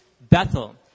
Bethel